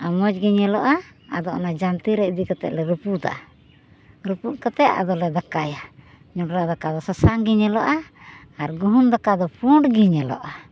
ᱟᱨ ᱢᱚᱡᱽ ᱜᱮ ᱧᱮᱞᱚᱜᱼᱟ ᱟᱫᱚ ᱚᱱᱟ ᱡᱟᱱᱛᱮ ᱨᱮ ᱤᱫᱤ ᱠᱟᱛᱮ ᱞᱮ ᱨᱟᱹᱯᱩᱫᱟ ᱨᱟᱹᱯᱩᱫ ᱠᱟᱛᱮ ᱟᱫᱚᱞᱮ ᱫᱟᱠᱟᱭᱟ ᱡᱚᱱᱰᱨᱟ ᱫᱟᱠᱟ ᱫᱚ ᱥᱟᱥᱟᱝ ᱜᱤ ᱧᱮᱞᱚᱜᱼᱟ ᱟᱨ ᱜᱩᱦᱩᱢ ᱫᱟᱠᱟ ᱫᱚ ᱯᱩᱸᱰ ᱜᱮ ᱧᱮᱞᱚᱼᱟ